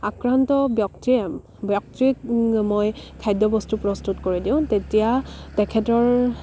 আক্ৰান্ত ব্যক্তিয়ে ব্যক্তিক মই খাদ্যবস্তু প্ৰস্তুত কৰি দিওঁ তেতিয়া তেখেতৰ